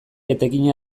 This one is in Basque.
etekina